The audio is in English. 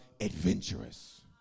adventurous